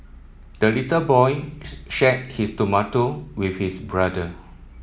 the little boy shared his tomato with his brother